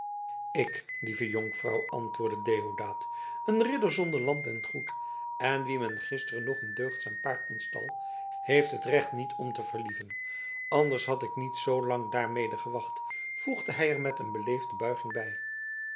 ik lieve jonkvrouw antwoordde deodaat een ridder zonder land en goed en wien men gisteren nog een deugdzaam paard ontstal heeft het recht niet om te verlieven anders had ik niet zoolang daarmede gewacht voegde hij er met een beleefde buiging bij